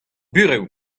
burev